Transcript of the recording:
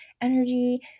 energy